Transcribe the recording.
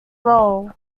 role